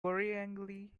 worryingly